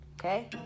Okay